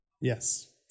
yes